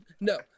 No